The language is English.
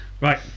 Right